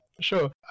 Sure